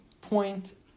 point